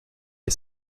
les